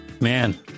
Man